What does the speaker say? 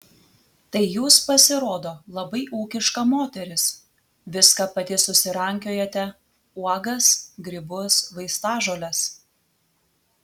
tai jūs pasirodo labai ūkiška moteris viską pati susirankiojate uogas grybus vaistažoles